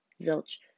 Zilch